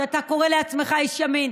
שאתה קורא לעצמך איש ימין.